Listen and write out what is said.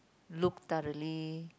look thoroughly